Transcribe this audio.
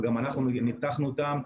וגם אנחנו ניתחנו אותם,